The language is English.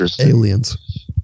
aliens